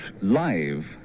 live